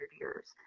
years